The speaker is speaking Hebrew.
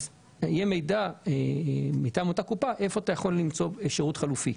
יהיה מידע מטעם אותה קופה היכן אתה יכול למצוא שירות חלופי.